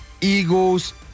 Eagles